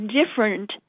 different